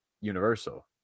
universal